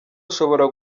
ashobora